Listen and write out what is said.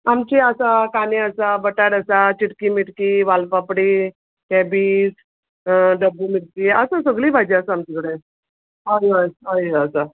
आमची आसा कांदे आसा बटाट आसा चिटकी मिटकी वाल पापडी कॅबेज डब्बू मिर्ची आसा सगली भाजी आसा आमचे कडे अय अय अय घालता